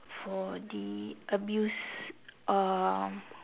for the abuse um